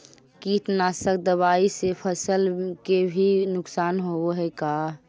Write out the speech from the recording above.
कीटनाशक दबाइ से फसल के भी नुकसान होब हई का?